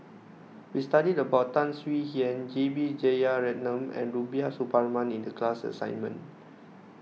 we studied about Tan Swie Hian J B Jeyaretnam and Rubiah Suparman in the class assignment